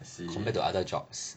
compared to other jobs